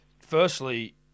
Firstly